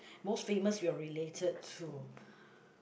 most famous you're related to